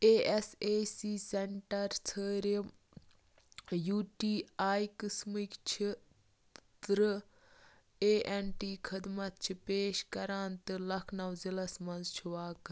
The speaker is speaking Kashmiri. A S A C centre ژھٲرِم یوٗ ٹی آئی قٕسمٕکۍ چھِ تٕرٛہ اےٚ این ٹی خٔدمت چھِ پیش کَران تہٕ لَکھنو ضِعلس منٛز چھُ واقعہٕ